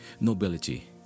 nobility